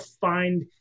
find